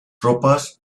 tropas